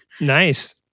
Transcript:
Nice